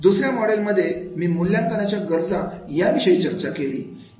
दुसऱ्या मॉडेल्समध्ये मी मूल्यांकनाच्या गरजा या विषयी चर्चा केली